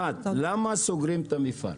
אחת, למה סוגרים את המפעל?